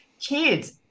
kids